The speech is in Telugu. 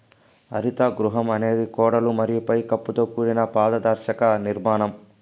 హరిత గృహం అనేది గోడలు మరియు పై కప్పుతో కూడిన పారదర్శక నిర్మాణం